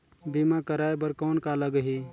बीमा कराय बर कौन का लगही?